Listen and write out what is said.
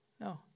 No